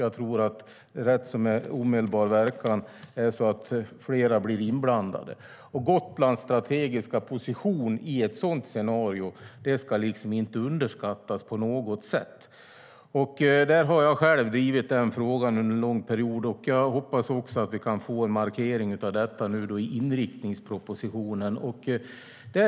Jag tror att det är flera som blir inblandade med rätt så omedelbar verkan. Gotlands strategiska position i ett sådant scenario ska inte underskattas på något sätt. Jag har själv drivit den frågan under en lång period. Jag hoppas också att vi kan få en markering av detta i inriktningspropositionen.